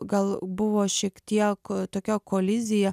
gal buvo šiek tiek tokia kolizija